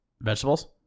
Vegetables